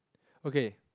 okay